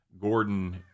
Gordon